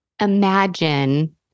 imagine